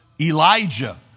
Elijah